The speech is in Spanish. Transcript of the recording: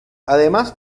además